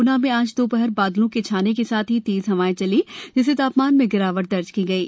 ग्ना में आज दोपहर बादलों के छाने के साथ ही तेज हवाएं चली जिससे तापमान में गिरावट दर्ज की गयी